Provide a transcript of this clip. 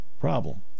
Problem